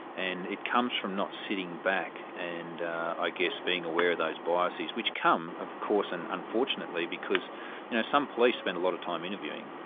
and it comes from not sitting back and i guess being aware of those biases, which come, of course and unfortunately because you know some police spend a lot of time interviewing,